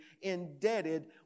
indebted